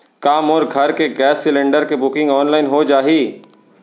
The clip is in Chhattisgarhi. का मोर घर के गैस सिलेंडर के बुकिंग ऑनलाइन हो जाही?